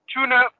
tuna